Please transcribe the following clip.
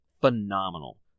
phenomenal